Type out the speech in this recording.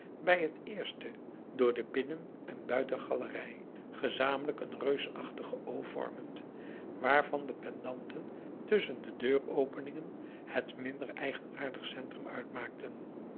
bij het eerste door de binnen en buitengalerij gezamenlijk een reusachtige o vormend waarvan de penanten tusschen de deuropeningen het minder eigenaardig centrum uitmaakten